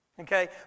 Okay